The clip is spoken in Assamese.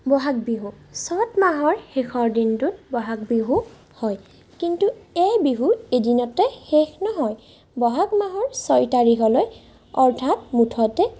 বহাগ বিহু চ'ত মাহৰ শেষৰ দিনটোত বহাগ বিহু হয় কিন্তু এই বিহুত এদিনতে শেষ নহয় বহাগ মাহৰ ছয় তাৰিখলৈ অৰ্থাৎ মুঠতে